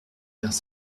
vers